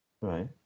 Right